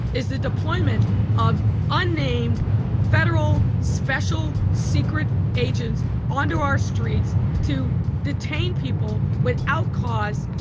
is the deployment of unnamed federal special secret agents onto our streets to detain people without cause.